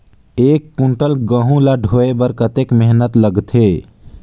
एक कुंटल गहूं ला ढोए बर कतेक मेहनत लगथे?